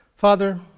Father